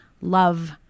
love